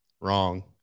Wrong